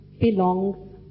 belongs